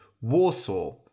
Warsaw